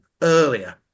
earlier